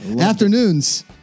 Afternoons